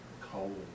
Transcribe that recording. cold